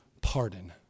pardon